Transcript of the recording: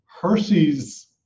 Hershey's